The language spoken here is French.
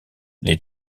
les